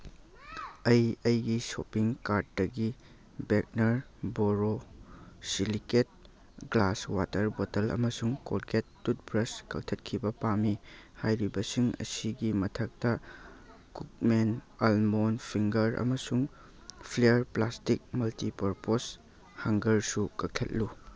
ꯑꯩ ꯑꯩꯒꯤ ꯁꯣꯄꯤꯡ ꯀꯥꯔꯠꯇꯒꯤ ꯕ꯭ꯔꯦꯛꯅꯔ ꯕꯣꯔꯣꯁꯤꯂꯤꯀꯦꯠ ꯒ꯭ꯂꯥꯁ ꯋꯥꯇꯔ ꯕꯣꯇꯜ ꯑꯃꯁꯨꯡ ꯀꯣꯜꯒꯦꯠ ꯇꯨꯠꯕ꯭ꯔꯁ ꯀꯛꯊꯠꯈꯤꯕ ꯄꯥꯝꯃꯤ ꯍꯥꯏꯔꯤꯕꯁꯤꯡ ꯑꯁꯤꯒꯤ ꯃꯊꯛꯇ ꯀꯨꯛꯃꯦꯟ ꯑꯜꯃꯣꯟ ꯐꯤꯡꯒꯔ ꯑꯃꯁꯨꯡ ꯐ꯭ꯂꯦꯔ ꯄ꯭ꯂꯥꯁꯇꯤꯛ ꯃꯜꯇꯤꯄꯔꯄꯣꯁ ꯍꯪꯒꯔꯁꯨ ꯀꯛꯊꯠꯂꯨ